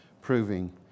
proving